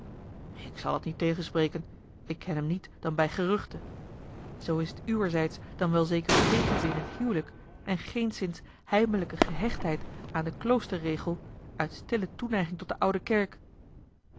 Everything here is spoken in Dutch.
ik zal t niet tegenspreken ik ken hem niet dan bij geruchte zoo is t uwerzijds dan wel zeker tegenzin in t hijlik en geenszins heimelijke gehechtheid aan den kloosterregel uit stille toeneiging tot de oude kerk